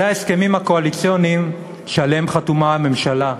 זה בהסכמים הקואליציוניים שעליהם חתומה הממשלה.